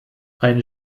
eine